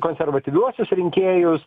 konservatyviuosius rinkėjus